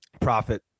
profit